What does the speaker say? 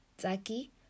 zaki